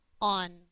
on